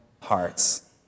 hearts